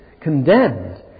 condemned